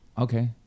Okay